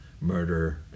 murder